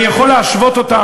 אני יכול להשוות אותן,